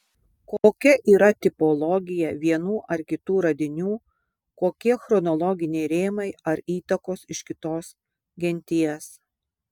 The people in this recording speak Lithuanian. kokia yra tipologija vienų ar kitų radinių kokie chronologiniai rėmai ar įtakos iš kitos genties